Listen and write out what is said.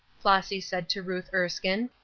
flossy said to ruth erskine,